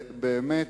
באמת,